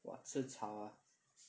!wah! 吃草 ah